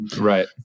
Right